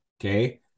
Okay